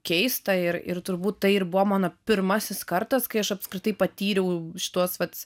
keista ir ir turbūt tai ir buvo mano pirmasis kartas kai aš apskritai patyriau šituos vat